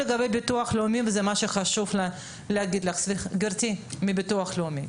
לגבי ביטוח לאומי וחשוב לומר את הדברים לגברת מביטוח לאומי.